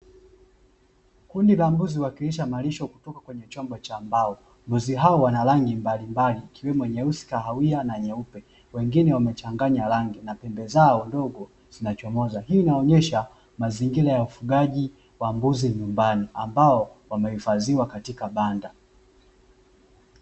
Kundi la mbuzi wakilishwa malisho kutoka chombo cha mbao. Mbuzi hao wana rangi mbalimbali ikiwemo nyeusi, kahawia na nyeupe, wengine wamechanganya rangi na pembe zao ndogo zinachomoza. Hii inaonyesha mazingira ya ufugaji wa mbuzi nyumbani ambao wamehifadhiwa katika banda.